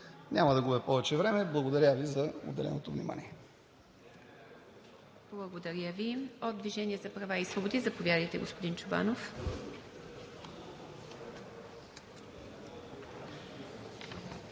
Няма да губя повече от времето. Благодаря Ви за отделеното внимание.